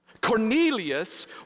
Cornelius